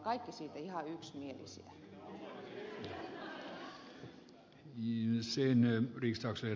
me olemme kaikki siitä ihan yksimielisiä